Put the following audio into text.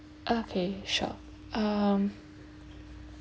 okay sure um